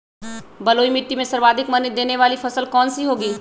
बलुई मिट्टी में सर्वाधिक मनी देने वाली फसल कौन सी होंगी?